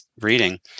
reading